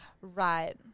Right